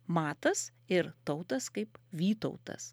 matas ir tautas kaip vytautas